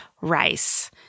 rice